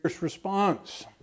response